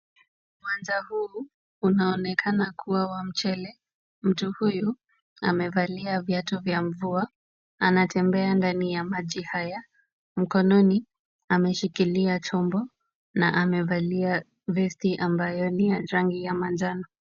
Uwanja huu unaonekana kuwa wa mchele, mtu huyu amevalia viatu vya mvua anatembea ndani ya maji haya, mkononi ameshikilia chombo na amevalia vesti ambayo ni ya rangi ya manjano.